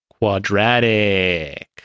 quadratic